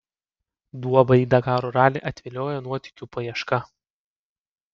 duobą į dakaro ralį atviliojo nuotykių paieška